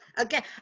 okay